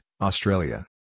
Australia